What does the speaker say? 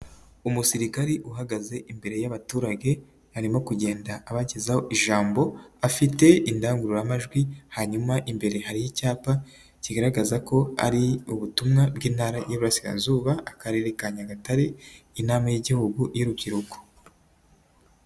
Umusirikare uhagaze imbere y'abaturage, arimo kugenda abagezaho ijambo, afite indangururamajwi, hanyuma imbere hari icyapa kigaragaza ko ari ubutumwa bw'Intara y'Uburasirazuba, Akarere ka Nyagatare, inama y'Igihugu y'urubyiruko.